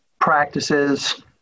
practices